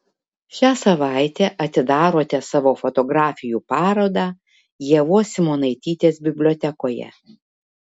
šią savaitę atidarote savo fotografijų parodą ievos simonaitytės bibliotekoje